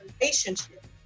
relationship